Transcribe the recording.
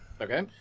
Okay